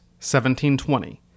1720